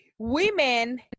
women